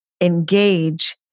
engage